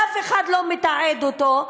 ואף אחד לא מתעד אותו,